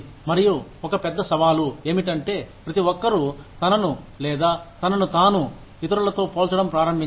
మరియు ఒక పెద్ద సవాలు ఏమిటంటే ప్రతి ఒక్కరూ తనను లేదా తనను తాను ఇతరులతో పోల్చడం ప్రారంభించడం